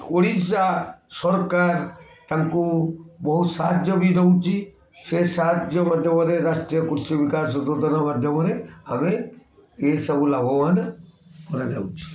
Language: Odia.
ଓଡ଼ିଶା ସରକାର ତାଙ୍କୁ ବହୁତ ସାହାଯ୍ୟ ବି ଦଉଛି ସେ ସାହାଯ୍ୟ ମାଧ୍ୟମରେ ରାଷ୍ଟ୍ରୀୟ କୃଷି ବିକାଶ ଯୋଜନା ମାଧ୍ୟମରେ ଆମେ ଏସବୁ ଲାଭବାନ କରାଯାଉଛି